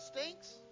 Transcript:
stinks